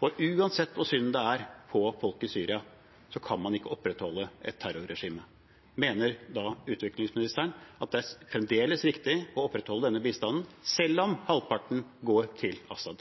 og uansett hvor synd det er på folk i Syria, kan man ikke opprettholde et terrorregime. Mener utviklingsministeren at det fremdeles er riktig å opprettholde denne bistanden, selv om